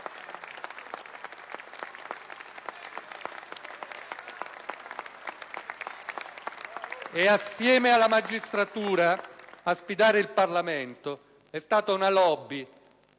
Assieme alla magistratura, a sfidare il Parlamento è stata una *lobby*